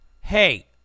hey